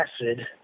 Acid